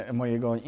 mojego